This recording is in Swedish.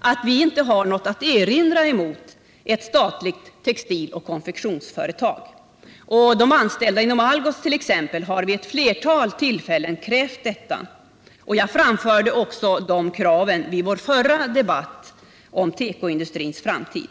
att vi inte har något att erinra mot ett statligt textiloch konfektionsföretag. De anställda inom Algotst.ex. har vid ett flertal tillfällen krävt detta, och jag framförde också de kraven vid vår förra debatt om tekoindustrins framtid.